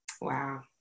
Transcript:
wow